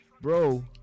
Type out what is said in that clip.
Bro